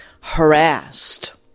harassed